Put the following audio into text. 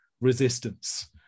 resistance